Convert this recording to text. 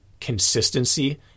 consistency